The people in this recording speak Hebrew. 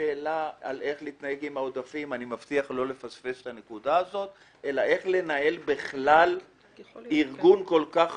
לשאלה איך להתנהג עם העודפים אלא גם איך לנהל בכלל ארגון כל כך חשוב,